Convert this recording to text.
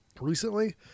recently